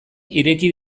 ireki